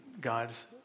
God's